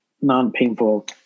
non-painful